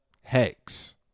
Hex